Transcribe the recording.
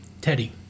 Teddy